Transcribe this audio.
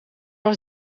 was